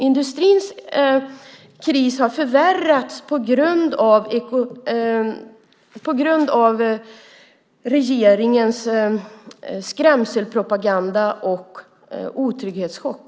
Industrins kris har förvärrats på grund av regeringens skrämselpropaganda och otrygghetschock.